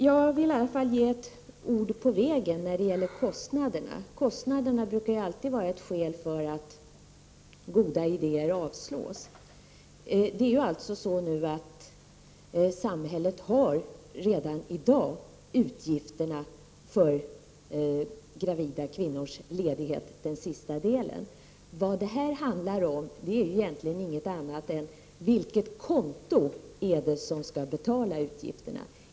Jag vill i alla fall ge ett ord på vägen när det gäller kostnaderna. Kostnaderna brukar alltid vara ett skäl som gör att goda idéer avslås. Samhället har i dag redan utgifterna för gravida kvinnors ledighet under de sista månaderna. Det handlar om vilket konto som egentligen skall betala utgifterna.